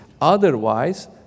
Otherwise